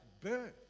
birth